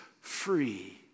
free